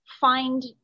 find